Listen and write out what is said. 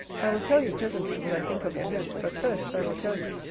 i will tell you, presently, what i think of your host but, first, i will tell you,